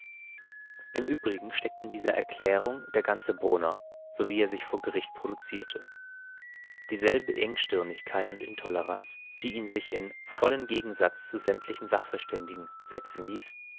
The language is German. im übrigen steckt in dieser erklärung der ganze brunner so wie er sich vor gericht produzierte dieselbe engstirnigkeit und intoleranz die ihn sich in vollen gegensatz zu sämtlichen sachverständigen setzen ließ